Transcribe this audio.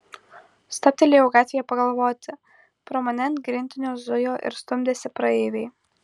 stabtelėjau gatvėje pagalvoti pro mane ant grindinio zujo ir stumdėsi praeiviai